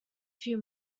few